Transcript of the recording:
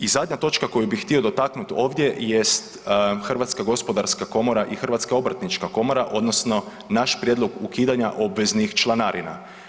I zadnja točka koju bih htio dotaknuti ovdje jest Hrvatska gospodarska komora i Hrvatska obrtnička komora odnosno naš prijedlog ukidanja obveznih članarina.